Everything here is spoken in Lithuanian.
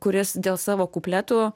kuris dėl savo kupletų